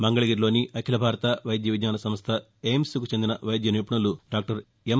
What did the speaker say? మంగకగిరిలోని అఖిల భారత వైద్య విజ్ఞాన సంస్ద ఎయిమ్స్కు చెందిన వైద్య నిపుణులు డాక్టర్ ఎం